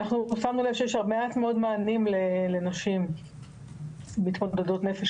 אנחנו שמנו לב שיש מעט מאוד מענים לנשים מתמודדות נפש,